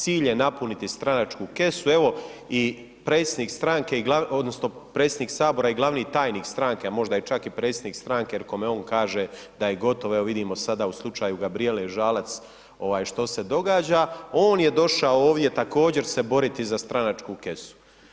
Cilj je napuniti stranačku kesu, evo i predsjednik stranke i glavni, odnosno predsjednik Sabora i glavni tajnik stranke, a možda je čak i predsjednik stranke, jer kome on kaže da je gotov, evo vidimo sada u slučaju Gabrijele Žalac što se događa, on je došao ovdje također se boriti za stranačku kesu.